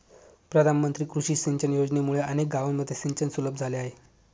प्रधानमंत्री कृषी सिंचन योजनेमुळे अनेक गावांमध्ये सिंचन सुलभ झाले आहे